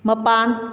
ꯃꯄꯥꯟ